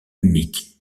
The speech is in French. unique